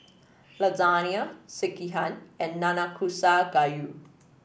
Lasagne Sekihan and Nanakusa Gayu